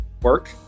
work